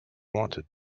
wanted